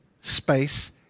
space